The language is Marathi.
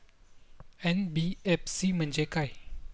एन.बी.एफ.सी म्हणजे काय?